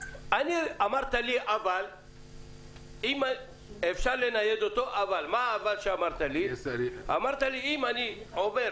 אמרת לי שאפשר לנייד אותו, אבל אמרת שאם אני עובר